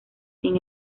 sin